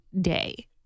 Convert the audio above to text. day